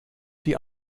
die